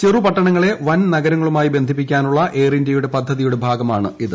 ചെറുപട്ടണങ്ങളെ വൻ നഗരങ്ങളുമായി ബന്ധിപ്പിക്കാനുള്ള എയർ ഇന്ത്യയുടെ പദ്ധതിയുടെ ഭാഗമായാണിത്